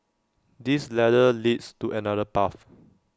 this ladder leads to another path